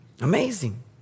Amazing